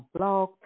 Blog